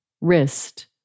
Wrist